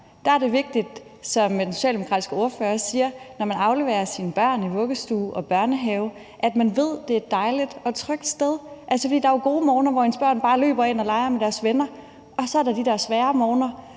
er det vigtigt, som den socialdemokratiske ordfører også siger, at man, når man afleverer sine børn i vuggestue og børnehave, ved, at det er et dejligt og trygt sted. Der er jo gode morgener, hvor ens børn bare løber ind og leger med deres venner, og så er der de der svære morgener,